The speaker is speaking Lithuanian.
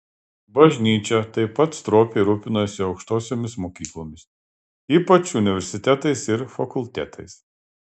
bažnyčia taip pat stropiai rūpinasi aukštosiomis mokyklomis ypač universitetais ir fakultetais